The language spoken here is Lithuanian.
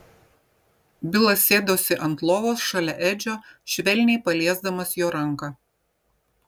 bilas sėdosi ant lovos šalia edžio švelniai paliesdamas jo ranką